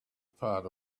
part